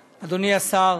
ראשונה,